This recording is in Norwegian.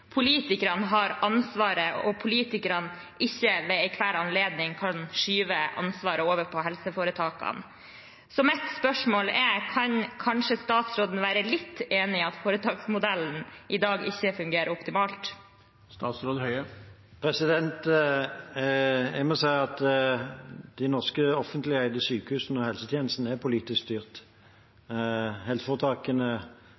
har ansvaret og ikke ved enhver anledning kan skyve ansvaret over på helseforetakene. Så mitt spørsmål er: Kan statsråden kanskje være litt enig i at foretaksmodellen i dag ikke fungerer optimalt? Jeg må si at de norske offentlig eide sykehusene og helsetjenestene er politisk